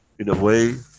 in a way,